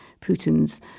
Putin's